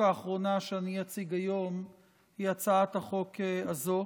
האחרונה שאני אציג היום היא הצעת החוק הזאת.